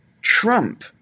Trump